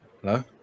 Hello